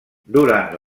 durant